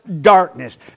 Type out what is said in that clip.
darkness